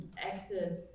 acted